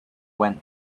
went